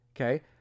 okay